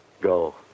Go